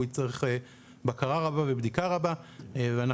הוא יצטרך בקרה רבה ובדיקה רבה ואנחנו